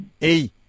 hey